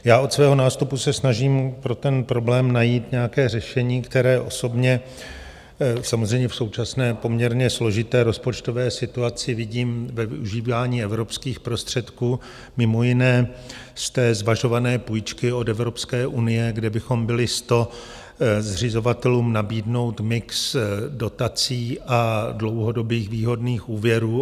Já se od svého nástupu snažím pro ten problém najít nějaké řešení, které osobně samozřejmě v současné poměrně složité rozpočtové situaci vidím ve využívání evropských prostředků, mimo jiné z té zvažované půjčky od Evropské unie, kde bychom byli s to zřizovatelům nabídnout mix dotací a dlouhodobých výhodných úvěrů.